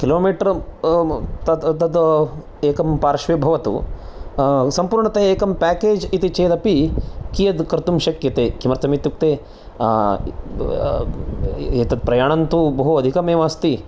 kilo metre तद् एकं पार्श्व भवतु सम्पूर्णतया एकं पैकेज् इति चेदपि कियत् कर्तुं शक्यते किमर्थं इत्युक्ते एतद् प्रयाणं तु बहु अधिकं एव अस्ति